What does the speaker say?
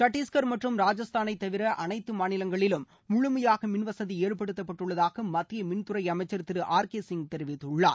சத்தீஷ்கர் மற்றும் ராஜஸ்தானை தவிர அனைத்து மாநிலங்களிலும் ழழமுமையாக மின்வசதி ஏற்படுத்தப்பட்டுள்ளதாக மத்திய மின்துறை அமைச்சர் திரு ஆர் கே சிங் தெரிவித்துள்ளார்